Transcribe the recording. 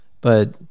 But-